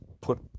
put